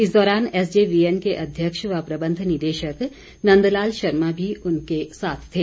इस दौरान S J V N के अध्यक्ष व प्रबंध निदेशक नंद लाल शर्मा भी उनके साथ थे